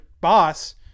boss